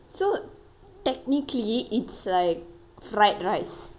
so technically it's like fried rice